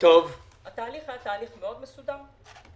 התהליך היה מאוד מסודר.